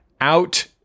out